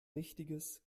richtiges